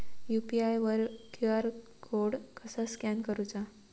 UPI वर QR code कसा scan करूचा?